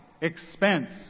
expense